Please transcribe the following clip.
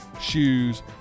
shoes